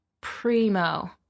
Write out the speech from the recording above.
primo-